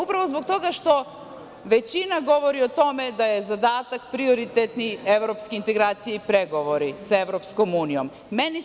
Upravo zbog toga što većina govori o tome da su zadaci prioritetni evropske integracije i pregovori sa Evropskom unijom.